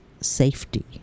safety